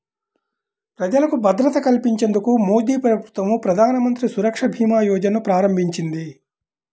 ప్రజలకు భద్రత కల్పించేందుకు మోదీప్రభుత్వం ప్రధానమంత్రి సురక్ష భీమా యోజనను ప్రారంభించింది